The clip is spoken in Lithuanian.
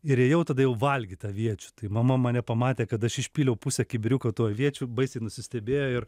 ir ėjau tada jau valgyt aviečių tai mama mane pamatė kad aš išpyliau pusę kibiriuko tų aviečių baisiai nusistebėjo ir